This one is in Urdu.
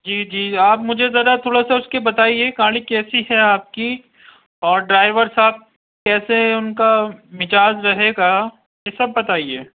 جی جی آپ مجھے ذرا تھوڑا سا اس کے بتائیے گاڑی کیسی ہے آپ کی اور ڈرائیور صاحب کیسے ہیں ان کا مزاج جو ہے کا یہ سب بتائیے